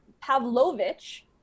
Pavlovich